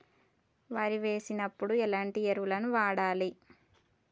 వరి వేసినప్పుడు ఎలాంటి ఎరువులను వాడాలి?